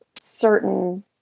certain